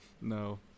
No